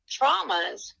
traumas